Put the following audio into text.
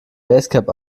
basecap